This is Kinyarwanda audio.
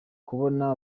kubona